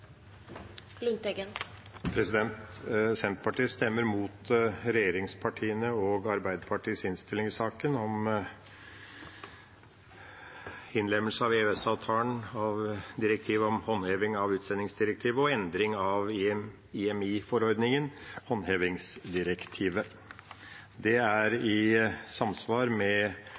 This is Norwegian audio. saken. Senterpartiet stemmer imot regjeringspartiene og Arbeiderpartiets innstilling i saken om innlemmelse i EØS-avtalen av direktivet om håndheving av utsendingsdirektivet og endring av IMI-forordningen, håndhevingsdirektivet. Det er i samsvar med